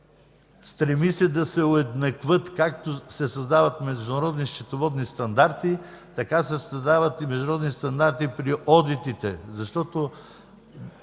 стреми се да се уеднаквят, както се създават Международни счетоводни стандарти, така се създават и Международни стандарти при одитите, защото